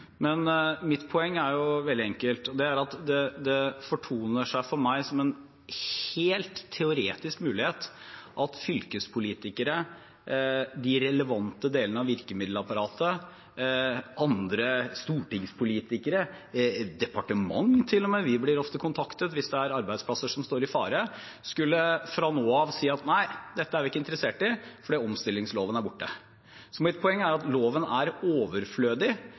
Men mitt poeng er veldig enkelt, og det er at det fortoner seg for meg som en helt teoretisk mulighet at fylkespolitikere, de relevante delene av virkemiddelapparatet, stortingspolitikere og til og med departementer – vi blir ofte kontaktet hvis det er arbeidsplasser som står i fare – skulle fra nå av si at nei, dette er vi ikke interessert i fordi omstillingsloven er borte. Mitt poeng er at loven er overflødig,